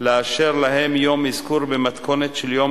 לאשר להם יום אזכור במתכונת של יום